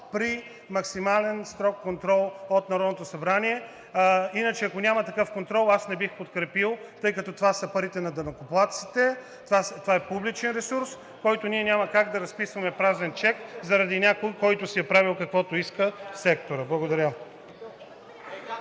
при максимален, строг контрол от Народното събрание. Иначе, ако няма такъв контрол, аз не бих го подкрепил, тъй като това са парите на данъкоплатците, това е публичен ресурс, за който ние няма как да разписваме празен чек заради някой, който си е правил каквото иска в сектора. Благодаря.